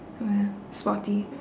sporty